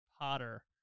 Potter